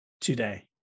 today